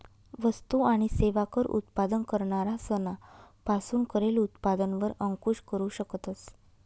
वस्तु आणि सेवा कर उत्पादन करणारा सना पासून करेल उत्पादन वर अंकूश करू शकतस